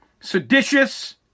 seditious